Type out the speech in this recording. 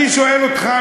אני שואל אותך,